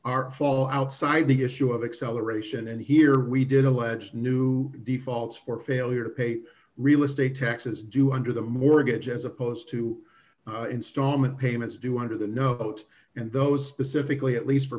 are fall outside the issue of acceleration and here we did alleged new defaults for failure to pay real estate taxes due under the mortgage as opposed to installment payments due under the note and those pacifically at least for